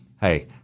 Hey